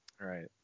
Right